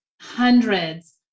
hundreds